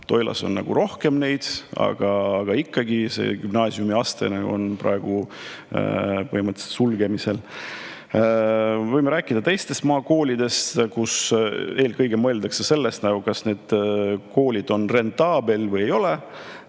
Toilas on rohkem, aga ikkagi see gümnaasiumiaste on praegu põhimõtteliselt sulgemisel. Võime rääkida teistest maakoolidest, kus eelkõige mõeldakse sellest, kas need koolid on rentaablid või ei ole.